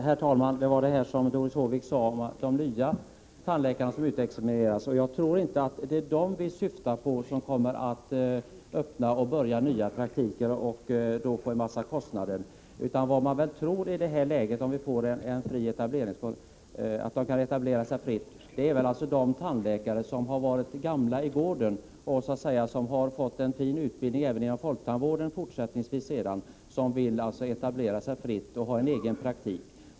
Herr talman! Doris Håvik talade om de nya tandläkare som utexamineras. Det är inte dem vi syftar på när det gäller att öppna nya praktiker och få en massa kostnader. Vi syftar på de tandläkare som är ”gamla i gården”, som har fått en fin utbildning även inom folktandvården och som kan vilja etablera sig fritt och ha en egen praktik.